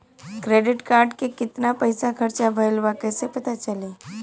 Credit card के कितना पइसा खर्चा भईल बा कैसे पता चली?